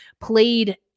played